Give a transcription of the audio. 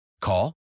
Call